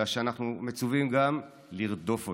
אלא שאנחנו מצווים גם לרדוף אותו: